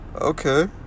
okay